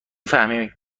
فهمی